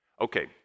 Okay